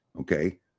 Okay